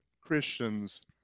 Christians